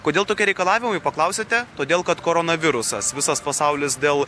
kodėl tokia reikalavimui paklausiate todėl kad koronavirusas visas pasaulis dėl